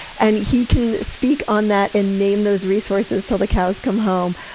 and he can speak on that and name those resources until the cows come home.